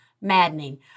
maddening